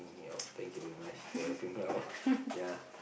help me out thank you very much for helping me out ya